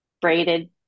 braided